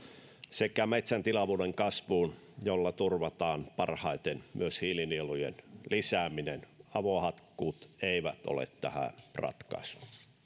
ja metsän tilavuuden kasvuun joilla turvataan parhaiten myös hiilinielujen lisääminen avohakkuut eivät ole tähän ratkaisu